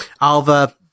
Alva